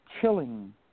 chilling